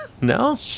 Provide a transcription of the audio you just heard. no